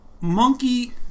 monkey